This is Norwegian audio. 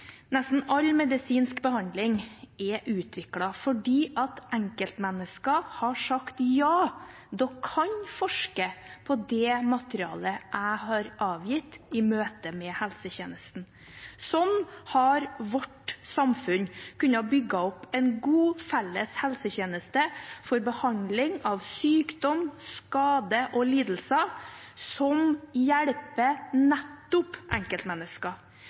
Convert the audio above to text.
nesten all medisinsk behandling er utviklet fordi enkeltmennesker har sagt: Ja, dere kan forske på det materialet jeg har avgitt i møte med helsetjenesten. Sånn har vårt samfunn kunnet bygge opp en god, felles helsetjeneste for behandling av sykdom, skader og lidelser som hjelper nettopp enkeltmennesker.